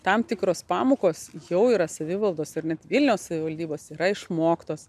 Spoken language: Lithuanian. tam tikros pamokos jau yra savivaldos ir net vilniaus savivaldybos yra išmoktos